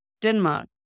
Denmark